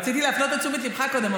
רציתי להפנות את תשומת ליבך קודם,